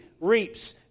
reaps